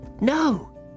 No